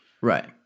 right